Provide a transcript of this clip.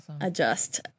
adjust